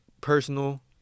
personal